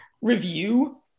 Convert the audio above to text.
review